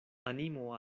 animo